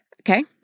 okay